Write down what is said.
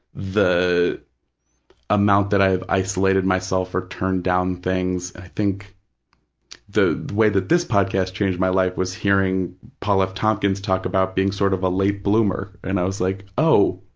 the amount that i've isolated myself or turned down things. i think the way that this podcast changed my life was hearing paul f. tompkins talk about being sort of a late bloomer, and i was like, oh,